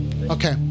Okay